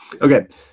Okay